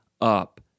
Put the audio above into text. up